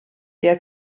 der